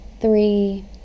three